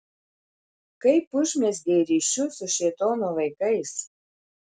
kaip užmezgei ryšius su šėtono vaikais